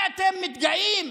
בזה אתם מתגאים?